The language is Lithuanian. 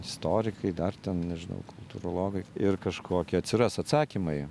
istorikai dar ten nežinau kultūrologai ir kažkokie atsiras atsakymai